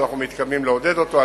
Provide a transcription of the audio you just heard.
שאנו מתכוונים לעודד אותו.